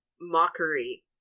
mockery